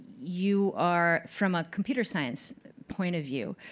you are, from a computer science point of view,